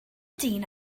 dyn